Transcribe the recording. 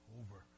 over